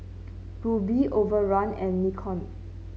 Rubi Overrun and Nikon